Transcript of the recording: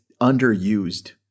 underused